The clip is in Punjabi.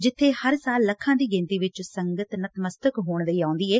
ਇੱਥੇ ਹਰ ਸਾਲ ਲੱਖਾਂ ਦੀ ਗਿਣਤੀ ਵਿੱਚ ਸੰਗਤ ਨਤਮਸਤਕ ਹੋਣ ਲਈ ਆਉਂਦੀ ਏ